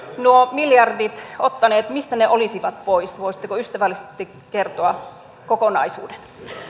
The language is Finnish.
nuo miljardit ottaneet mistä ne olisivat pois voisitteko ystävällisesti kertoa kokonaisuuden